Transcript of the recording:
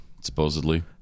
supposedly